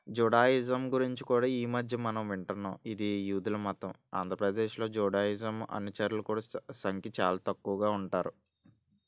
Judaism గురించి కూడా ఈ మధ్య మనం వింటున్నాం ఇది యోధుల మతం ఆంధ్రప్రదేశ్లో జూడాయిజం అనుచరులు కూడా స సంఖ్య చాలా తక్కువగా ఉంటారు